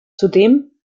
zudem